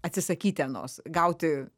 atsisakyti anos gauti